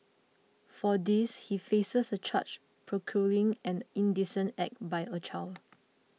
for this he faces a charge procuring an indecent act by a child